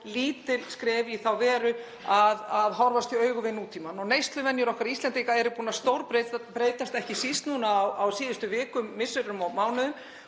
lítil skref í þá veru að horfast í augu við nútímann. Neysluvenjur okkar Íslendinga eru búnar að stórbreytast, ekki síst núna á síðustu vikum, misserum og mánuðum.